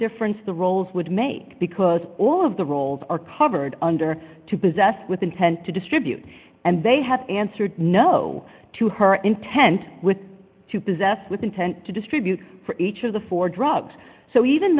difference the roles would make because all of the roles are covered under to possess with intent to distribute and they have answered no to her intent with to possess with intent to distribute for each of the four drugs so even